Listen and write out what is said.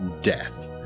death